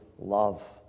love